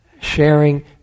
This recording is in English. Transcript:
Sharing